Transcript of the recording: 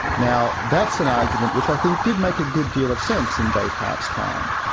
now that's an argument which i think did make a good deal of sense in descartes' time.